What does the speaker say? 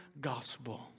gospel